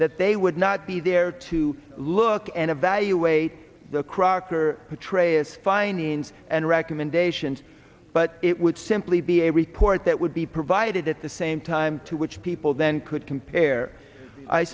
that they would not be there to look and evaluate the crocker betrayers findings and recommendations but it would simply be a report that would be provided at the same time to which people then could compare i